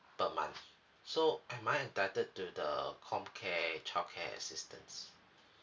per month so am I entitled to the comcare childcare assistance